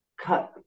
cut